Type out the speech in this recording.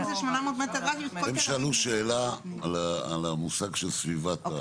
הם שאלו שאלה על המושג של סביבה.